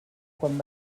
quan